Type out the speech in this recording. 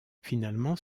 finalement